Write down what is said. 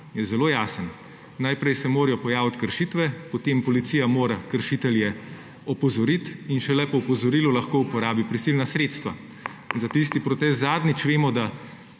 je zelo jasen. Najprej se morajo pojaviti kršitve, potem policija mora kršitelje opozoriti in šele po opozorilu lahko uporabi prisilna sredstva. Za tisti protest zadnjič vemo, da